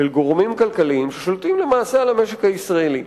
של גורמים כלכליים ששולטים למעשה על המשק הישראלי.